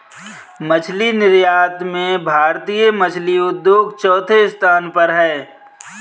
मछली निर्यात में भारतीय मछली उद्योग चौथे स्थान पर है